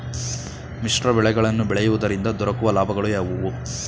ಮಿಶ್ರ ಬೆಳೆಗಳನ್ನು ಬೆಳೆಯುವುದರಿಂದ ದೊರಕುವ ಲಾಭಗಳು ಯಾವುವು?